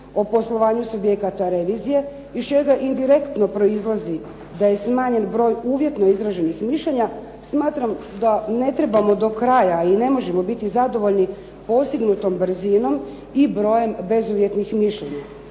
o poslovanju subjekata revizije iz čega indirektno proizlazi da je smanjen broj uvjetno izraženih mišljenja smatram da ne trebamo do kraja i ne možemo biti zadovoljni postignutom brzinom i brojem bezuvjetnih mišljenja.